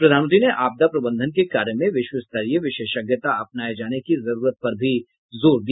प्रधानमंत्री ने आपदा प्रबंधन के कार्य में विश्वस्तरीय विशेषज्ञता अपनाए जाने की जरूरत पर भी जोर दिया